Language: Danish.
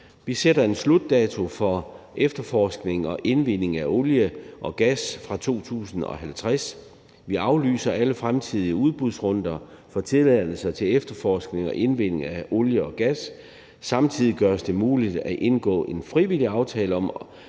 Vi sætter en slutdato for efterforskning og indvinding af olie og gas fra 2050, vi aflyser alle fremtidige udbudsrunder for tilladelser til efterforskning og indvinding af olie og gas. Samtidig gøres det muligt at indgå en frivillig aftale om